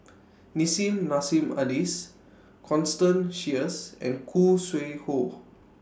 Nissim Nassim Adis Constance Sheares and Khoo Sui Hoe